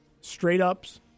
straight-ups